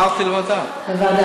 אמרתי לוועדה.